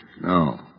No